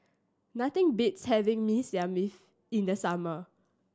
nothing beats having Mee Siam in the summer